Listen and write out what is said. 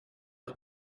ett